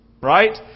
Right